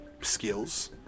skills